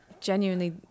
genuinely